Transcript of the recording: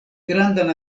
grandan